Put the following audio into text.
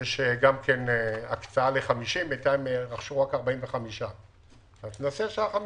יש הקצאה ל-50 ובינתיים רכשו רק 45. נעשה שה-5